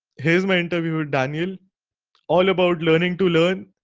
here's my interview with daniel all about learning to learn.